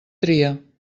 tria